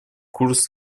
курс